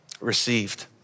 received